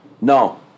No